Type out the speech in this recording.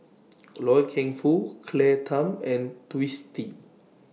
Loy Keng Foo Claire Tham and Twisstii